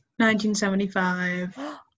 1975